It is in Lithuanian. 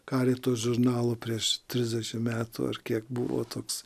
karito žurnalo prieš trisdešimt metų ar kiek buvo toks